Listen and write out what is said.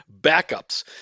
backups